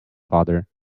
father